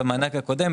במענק הקודם,